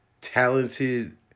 talented